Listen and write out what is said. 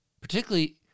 particularly